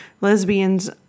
Lesbians